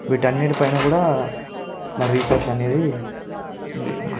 వీటన్నిటి పైన కూడా నా రీసర్చ్ అనేది